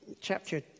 chapter